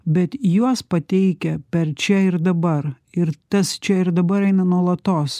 bet juos pateikia per čia ir dabar ir tas čia ir dabar eina nuolatos